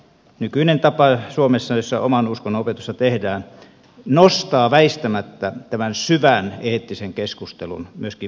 nykyinen tapa suomessa jossa oman uskonnon opetusta tehdään nostaa väistämättä tämän syvän eettisen keskustelun myöskin lasten maailmaan